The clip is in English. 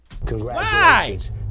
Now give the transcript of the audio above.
Congratulations